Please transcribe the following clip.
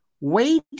Wait